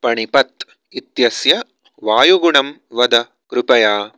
पणिपत् इत्यस्य वायुगुणं वद कृपया